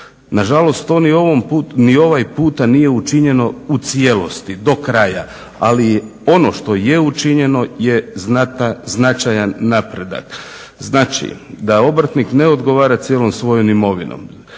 Nažalost, ni ovaj puta nije učinjeno u cijelosti, do kraja, ali ono što je učinjeno je značajan napredak, znači da obrtnik ne odgovara cijelom svojom imovinom.